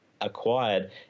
acquired